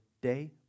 day